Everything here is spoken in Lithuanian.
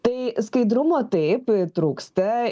tai skaidrumo taip trūksta